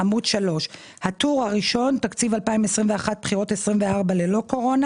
בטור הראשון תקציב 2021 בחירות 24 ללא קורונה